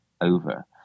over